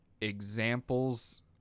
examples